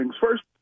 First